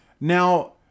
Now